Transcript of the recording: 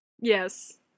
Yes